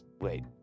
Wait